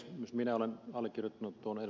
myös minä olen allekirjoittanut ed